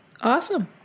Awesome